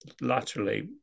laterally